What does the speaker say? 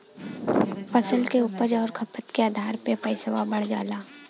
फसल के उपज आउर खपत के आधार पे पइसवा बढ़ जाला